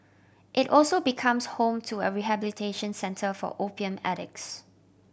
it also becomes home to a rehabilitation centre for opium addicts